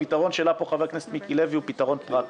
הפתרון שהעלה פה חבר הכנסת מיקי לוי הוא פתרון פרקטי.